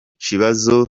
kibazo